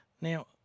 Now